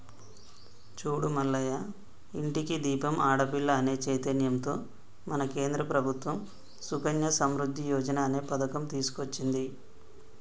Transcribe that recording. చూడు మల్లయ్య ఇంటికి దీపం ఆడపిల్ల అనే చైతన్యంతో మన కేంద్ర ప్రభుత్వం సుకన్య సమృద్ధి యోజన అనే పథకం తీసుకొచ్చింది